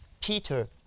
Peter